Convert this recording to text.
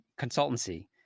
consultancy